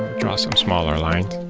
draw some smaller line.